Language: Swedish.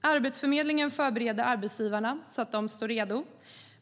Arbetsförmedlingen förbereder arbetsgivarna så att de står redo.